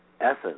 essence